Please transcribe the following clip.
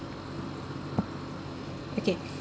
okay